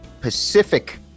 Pacific